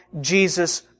Jesus